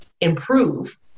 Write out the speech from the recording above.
improve